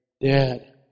dead